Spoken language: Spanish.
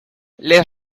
les